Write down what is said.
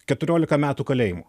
keturiolika metų kalėjimo